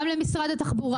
גם למשרד התחבורה.